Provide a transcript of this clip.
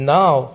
now